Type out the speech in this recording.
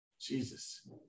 Jesus